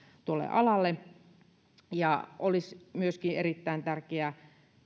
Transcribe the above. tuolle alalle olisi myöskin erittäin tärkeä